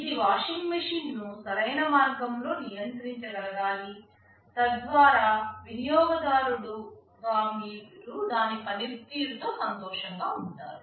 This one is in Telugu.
ఇది వాషింగ్ మెషీన్ను సరైన మార్గంలో నియంత్రించగలగాలి తద్వారా వినియోగదారుడి గా మీరు దాని పనితీరుతో సంతోషంగా ఉంటారు